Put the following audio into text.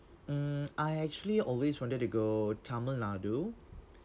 mm I actually always wanted to go tamil nadu